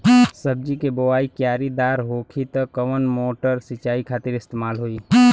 सब्जी के बोवाई क्यारी दार होखि त कवन मोटर सिंचाई खातिर इस्तेमाल होई?